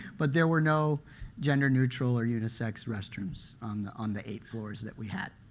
but there were no gender neutral or unisex restrooms on the on the eight floors that we had.